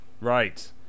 Right